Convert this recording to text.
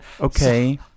Okay